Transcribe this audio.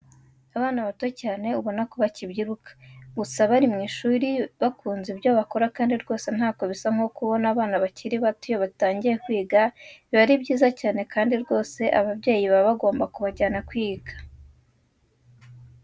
Abana bato cyane ubona ko bakibyiruka, gusa bari mu ishuri bakunze ibyo bakora kandi rwose ntako bisa kubona abana bakiri bato iyo batangiye kwiga biba ari byiza cyane kandi rwose ababyeyi baba bagomba kujya kwiga.